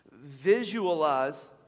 Visualize